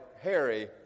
Harry